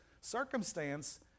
circumstance